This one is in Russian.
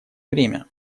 время